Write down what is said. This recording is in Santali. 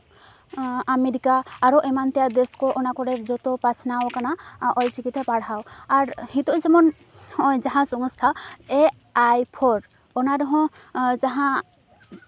ᱟᱢᱮᱨᱤᱠᱟ ᱟᱨᱚ ᱮᱢᱟᱱ ᱛᱮᱭᱟᱜ ᱫᱮᱥ ᱠᱚ ᱚᱱᱟ ᱠᱚᱨᱮᱜ ᱡᱚᱛᱚ ᱯᱟᱥᱱᱟᱣ ᱠᱟᱱᱟ ᱚᱞ ᱪᱤᱠᱤᱛᱮ ᱯᱟᱲᱦᱟᱣ ᱟᱨ ᱱᱤᱛᱚᱜ ᱡᱮᱢᱚᱱ ᱱᱚᱜᱼᱚᱭ ᱡᱟᱦᱟᱸ ᱥᱚᱝᱥᱛᱷᱟ ᱮ ᱟᱭ ᱯᱷᱳᱨ ᱚᱱᱟ ᱨᱮᱦᱚᱸ ᱡᱟᱦᱟᱸ